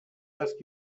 ask